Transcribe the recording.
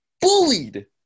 bullied